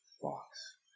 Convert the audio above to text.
box